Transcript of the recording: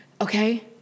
okay